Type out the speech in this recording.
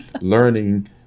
learning